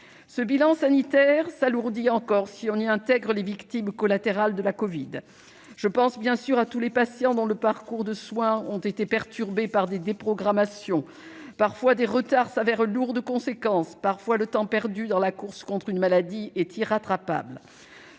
Ce bilan sanitaire s'alourdit encore si l'on y intègre les victimes collatérales de la covid. Je pense à tous les patients dont les parcours de soins ont été perturbés par des déprogrammations : parfois des retards se révèlent lourds de conséquences, parfois le temps perdu dans la course contre une maladie est irrattrapable.